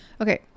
Okay